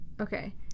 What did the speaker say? Okay